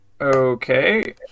Okay